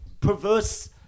perverse